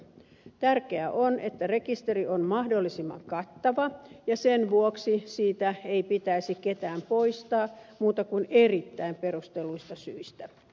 tärkeää on että rekisteri on mahdollisimman kattava ja sen vuoksi siitä ei pitäisi ketään poistaa muuten kuin erittäin perustelluista syistä